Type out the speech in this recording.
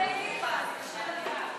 איך אחד ועוד אחד שווים שלושה,